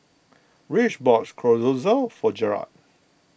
Rich bought Chorizo for Jerald